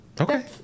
Okay